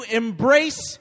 embrace